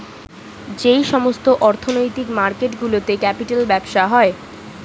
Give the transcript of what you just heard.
যেই সমস্ত অর্থনৈতিক মার্কেট গুলোতে ক্যাপিটাল ব্যবসা হয়